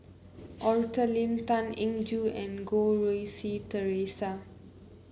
Arthur Lim Tan Eng Joo and Goh Rui Si Theresa